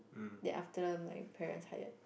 then after that I'm like parents hired